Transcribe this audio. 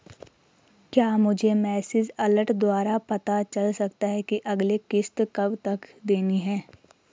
क्या मुझे message alert द्वारा पता चल सकता कि अगली किश्त कब देनी है?